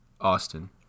Austin